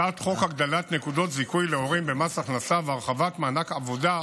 הצעת חוק הגדלת נקודות זיכוי להורים במס הכנסה והרחבת מענק עבודה,